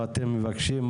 מה אתם מבקשים,